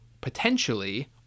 potentially